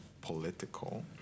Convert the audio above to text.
political